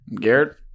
Garrett